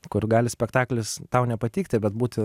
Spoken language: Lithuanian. kur gali spektaklis tau nepatikti bet būti